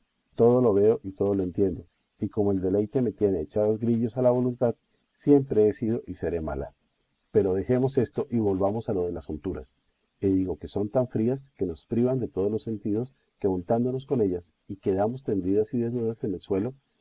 todo lo veo y todo lo entiendo y como el deleite me tiene echados grillos a la voluntad siempre he sido y seré mala pero dejemos esto y volvamos a lo de las unturas y digo que son tan frías que nos privan de todos los sentidos en untándonos con ellas y quedamos tendidas y desnudas en el suelo